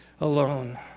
alone